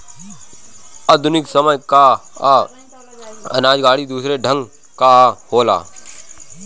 आधुनिक समय कअ अनाज गाड़ी दूसरे ढंग कअ होला